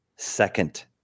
Second